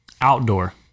outdoor